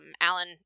Alan